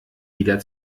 wieder